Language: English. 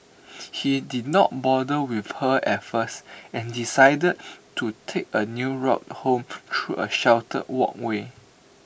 he did not bother with her at first and decided to take A new route home through A sheltered walkway